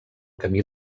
camí